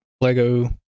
Lego